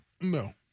No